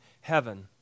heaven